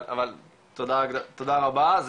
אבל תודה רבה,